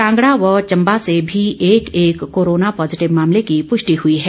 कांगड़ा व चम्बा से भी एक एक कोरोना पॉजीटिव मामले की प्रष्टि हुई है